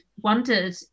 wondered